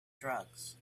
drugs